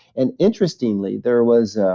and interestingly, there was